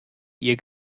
ihr